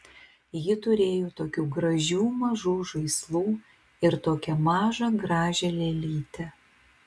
ji turėjo tokių gražių mažų žaislų ir tokią mažą gražią lėlytę